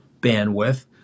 bandwidth